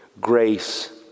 grace